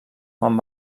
quan